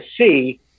see